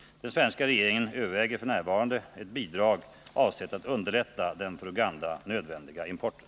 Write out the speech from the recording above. Den svenska regeringen överväger f. n. ett bidrag avsett att underlätta den för Uganda nödvändiga importen.